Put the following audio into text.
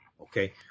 Okay